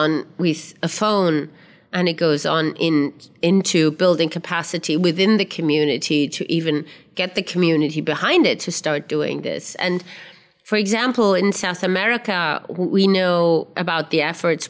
on with a phone and it goes on in into building capacity within the community to even get the community behind it to start doing this and for example in south america we know about the effort